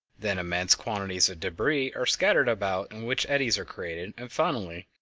then immense quantities of debris are scattered about in which eddies are created, and finally,